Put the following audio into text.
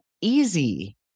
easy